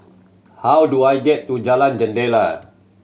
how do I get to Jalan Jendela